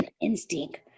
instinct